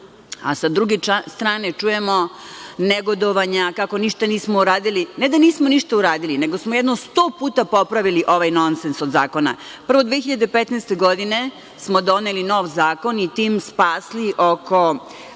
a sa druge strane čujemo negodovanja, kako ništa nismo uradili. Ne da ništa nismo uradili, nego smo jedno 100 puta popravili ovaj nonsens od zakona. Prvo, 2015. godine smo doneli nov zakon i time spasili oko